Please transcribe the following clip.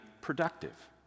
productive